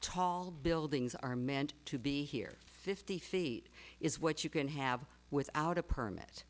tall buildings are meant to be here fifty feet is what you can have without a permit